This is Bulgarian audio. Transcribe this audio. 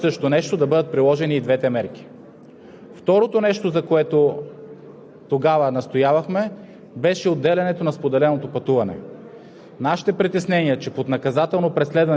Тоест административното наказание си е административно наказание, наказателното преследване си е наказателно преследване. Не може за едно и също нещо да бъдат приложени и двете мерки.